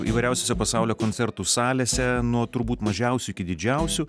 įvairiausiose pasaulio koncertų salėse nuo turbūt mažiausių iki didžiausių